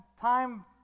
time